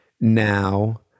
Now